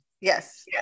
Yes